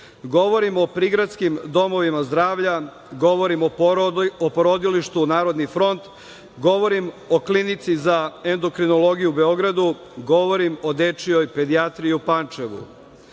Govorim o prigradskim domovima zdravlja, govorim o porodilištu "Narodni front", govorim o Klinici za endokrinologiju u Beogradu, govorim o Dečijoj pedijatriji u Pančevu.